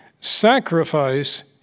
Sacrifice